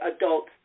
adults